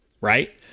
right